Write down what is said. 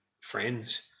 friends